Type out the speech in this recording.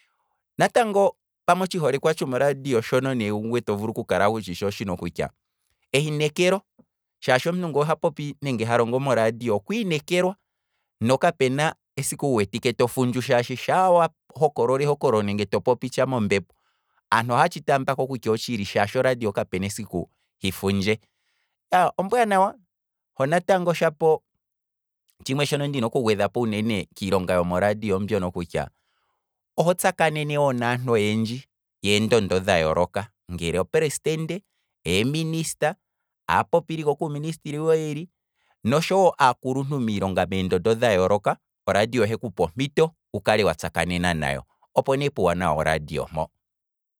Natango pamwe otshi holekwa tshomo radio shono ne ngwee tovulu okukala wutshitshi oshino kutya, eyinekelo, shaashi omuntu ngele oha popi nenge ha longo moradio okwiinekelwa, na kapena esiku wu wteki tofundju shaa wahokolola ehokololo nenge to popi tsha mombepo, aantu ohaa tshi taambako kutya otshili shaashi oradio kapena esiku hifundje, ya ombwaanawa ho natango shapo tshimwe shono ndina oku gwedhapo uunene kiilonga yomo radio ombyono kutya, oho tsakanene wo naantu oyendji yeendondo dha yooloka ngeleopresidente, eeminista, aapopiliko kuuministeli wiili, noshowo aakuluntu miilongo meendondo dha yooloka, oradio ohekupa ompito wukale wa tsakanena nayo, opo nee puuwanawa woradio mpo.